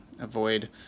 avoid